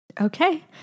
Okay